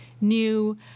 new